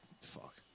fuck